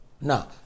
Now